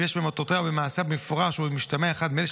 אם יש במטרותיה או במעשיה במפורש או במשתמע אחד מאלה: